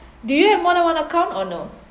do you have more than one account or no